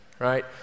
right